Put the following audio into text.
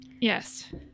yes